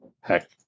Heck